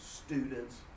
students